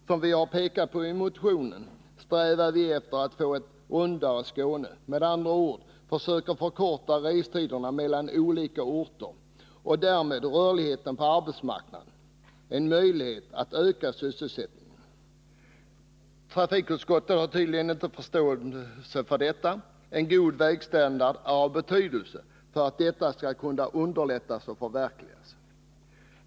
Som vi har pekat på i motionen strävar vi efter att skapa ”ett rundare Skåne”. Vi vill med andra ord försöka förkorta restiderna mellan olika orter för att därmed öka rörligheten på arbetsmarknaden och möjliggöra en ökad sysselsättning inom området. Trafikutskottet har tydligen inte förståelse för att en god vägstandard är av betydelse för att detta skall kunna förverkligas.